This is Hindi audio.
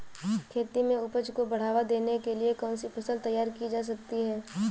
खेती में उपज को बढ़ावा देने के लिए कौन सी फसल तैयार की जा सकती है?